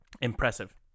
impressive